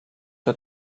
der